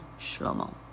Shlomo